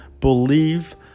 believe